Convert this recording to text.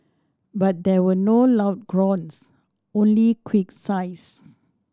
but there were no loud groans only quick sighs